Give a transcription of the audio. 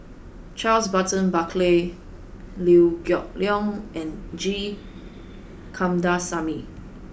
Charles Burton Buckley Liew Geok Leong and G Kandasamy